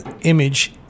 image